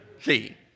See